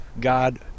God